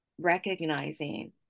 Recognizing